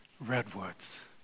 redwoods